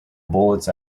bullets